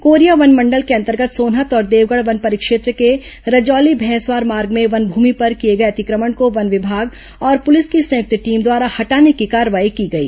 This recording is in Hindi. कोरिया वनमंडल के अंतर्गत सोनहत और देवगढ़ वन परिक्षेत्र के रजौली भैंसवार मार्ग में वन भूमि पर किए गए अतिक्रमण को वन विभाग और प्रलिस की संयुक्त टीम द्वारा हटाने की कार्रवाई की गई